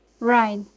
Right